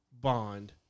Bond